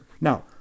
Now